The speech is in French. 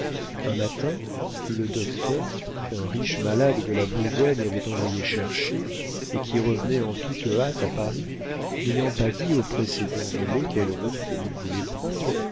un matin le docteur qu'un riche malade de la bourgogne avait envoyé chercher et qui revenait en toute hâte à paris n'ayant pas dit au précédent relais quelle route il voulait prendre